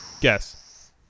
Guess